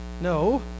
No